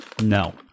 No